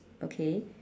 okay